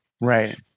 Right